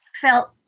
felt